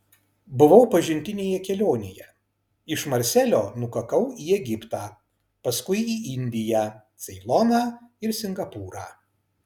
buvau pažintinėje kelionėje iš marselio nukakau į egiptą paskui į indiją ceiloną ir singapūrą